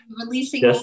Releasing